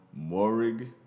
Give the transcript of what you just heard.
Morrig